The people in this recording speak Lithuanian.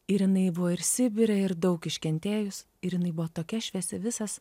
ir jinai buvo ir sibire ir daug iškentėjus ir jinai buvo tokia šviesi visas